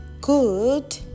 good